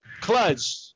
Clutch